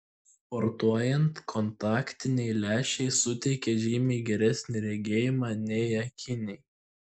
sportuojant kontaktiniai lęšiai suteikia žymiai geresnį regėjimą nei akiniai